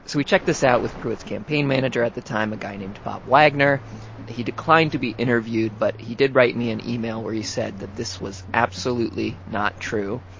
so we checked this out with pruitt's campaign manager at the time, a guy named bob wagoner. and he declined to be interviewed but he did write me an email where he said that this was absolutely not true.